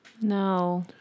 No